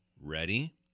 Ready